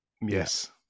Yes